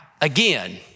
again